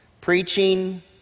preaching